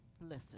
Listen